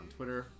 Twitter